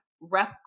rep